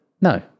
No